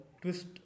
twist